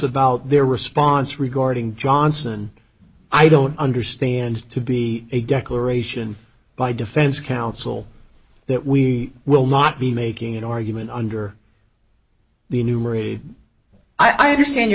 about their response regarding johnson i don't understand to be a declaration by defense counsel that we will not be making an argument under the enumerated i understand your